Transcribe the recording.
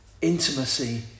intimacy